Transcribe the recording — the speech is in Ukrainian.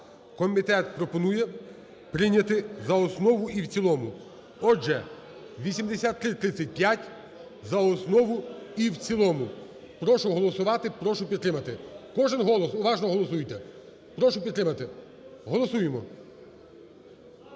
Комітет пропонує прийняти за основу і в цілому. Отже, 8335 – за основу і в цілому. Прошу голосувати, прошу підтримати. Кожен голос, уважно голосуйте. Прошу підтримати. Голосуємо.